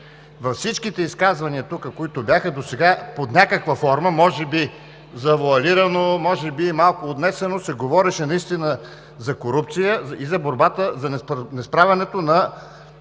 Във всичките изказвания тук, които бяха досега, под някаква форма може би завоалирано, може би малко отнесено се говореше наистина за корупция и за несправянето на